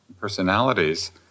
personalities